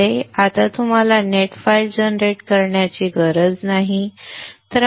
आता तुम्हाला net file generate करण्याची गरज नाही